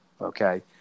Okay